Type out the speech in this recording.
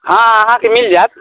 हँ आहाँके मिल जाएत